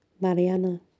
Mariana